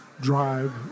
drive